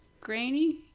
grainy